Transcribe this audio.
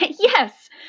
Yes